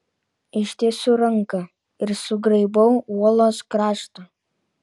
ištiesiu ranką ir sugraibau uolos kraštą